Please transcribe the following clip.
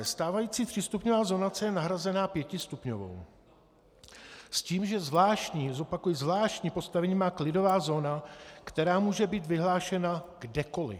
Stávající třístupňová zonace je nahrazena pětistupňovou s tím, že zvláštní zopakuji zvláštní postavení má klidová zóna, která může být vyhlášena kdekoliv.